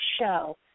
show